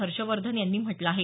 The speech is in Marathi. हर्षवर्धन यांनी म्हटल आहे